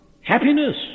happiness